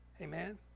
Amen